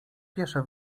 piesze